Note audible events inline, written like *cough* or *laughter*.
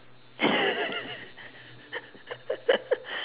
*laughs*